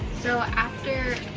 so after